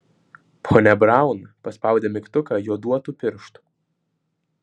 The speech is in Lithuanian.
ponia braun paspaudė mygtuką joduotu pirštu